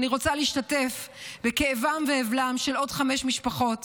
אני רוצה להשתתף בכאבם ובאבלם של עוד חמש משפחות,